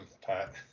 Pat